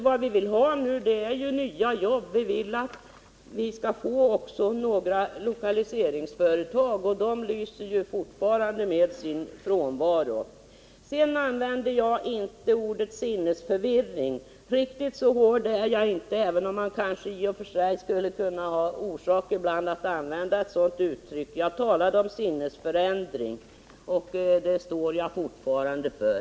Vad vi nu vill ha är nya jobb, och vi vill också få något lokaliseringsföretag, men de lyser ju med sin frånvaro. Jag använde inte ordet sinnesförvirring. Riktigt så hård är jag inte, även om man kanske i och för sig ibland skulle kunna ha orsak att använda ett sådant uttryck. Jag talade om sinnesförändring, och det omdömet står jag fortfarande för.